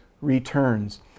returns